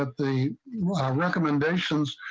but the recommendations.